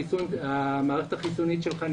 והמערכת החיסונית שלך נמוכה,